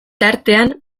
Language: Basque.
tartean